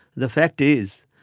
the fact is,